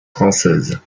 française